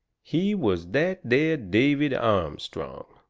he was that there david armstrong